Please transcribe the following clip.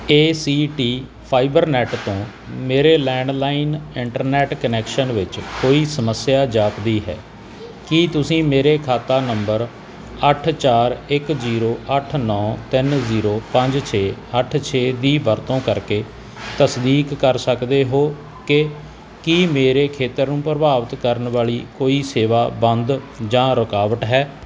ਏ C T fibernet ਤੋਂ ਮੇਰੇ landline internet connection ਵਿੱਚ ਕੋਈ ਸਮੱਸਿਆ ਜਾਪਦੀ ਹੈ ਕੀ ਤੁਸੀਂ ਮੇਰੇ ਖਾਤਾ ਨੰਬਰ ਅੱਠ ਚਾਰ ਇੱਕ ਜ਼ੀਰੋ ਅੱਠ ਨੌਂ ਤਿੰਨ ਜ਼ੀਰੋ ਪੰਜ ਛੇ ਅੱਠ ਛੇ ਦੀ ਵਰਤੋਂ ਕਰਕੇ ਤਸਦੀਕ ਕਰ ਸਕਦੇ ਹੋ ਕਿ ਕੀ ਮੇਰੇ ਖੇਤਰ ਨੂੰ ਪ੍ਰਭਾਵਿਤ ਕਰਨ ਵਾਲੀ ਕੋਈ ਸੇਵਾ ਬੰਦ ਜਾਂ ਰੁਕਾਵਟ ਹੈ